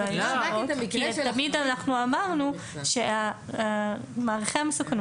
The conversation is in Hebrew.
תמיד אנחנו אמרנו שמעריכי המסוכנות